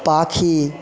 পাখি